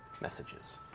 messages